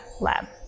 Lab